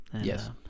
Yes